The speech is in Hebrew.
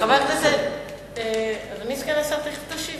חבר הכנסת, אדוני סגן השר, תיכף תשיב.